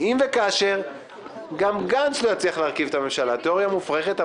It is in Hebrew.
אם וכאשר גם גנץ לא יצליח להרכיב את הממשלה תיאוריה מופרכת,